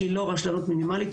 שהיא לא רשלנות מינימאלית,